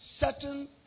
certain